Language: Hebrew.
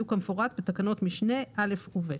יהיו כמפורט בתקנות משנה (א) ו-(ב).